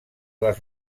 les